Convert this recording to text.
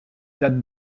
dates